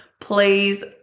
please